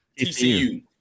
TCU